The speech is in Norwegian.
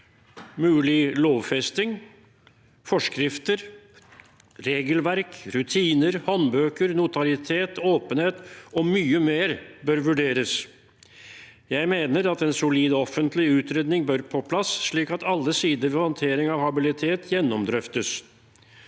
Mulig lovfesting, forskrifter, regelverk, rutiner, håndbøker, notoritet, åpenhet og mye mer bør vurderes. Jeg mener at en solid offentlig utredning bør på plass, slik at alle sider ved håndtering av habilitet gjennomdrøftes.